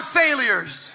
failures